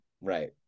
Right